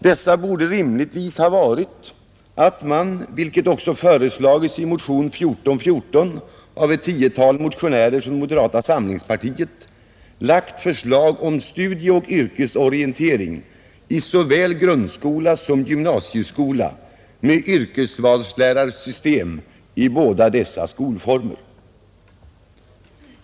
Dessa borde rimligtvis ha varit, att man, vilket också förslagits i motionen 1414 som väckts av ett tiotal motionärer från moderata samlingspartiet, lagt fram förslag om studieoch yrkesorientering i såväl grundskola som gymnasieskola med yrkesvalslärarsystem i båda dessa skolformer.